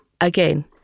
again